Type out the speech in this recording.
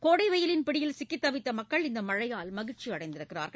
கோடை வெயிலின் பிடியில் சிக்கி தவித்த மக்கள் இந்த மழையால் மகிழ்ச்சி அடைந்துள்ளனர்